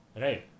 Right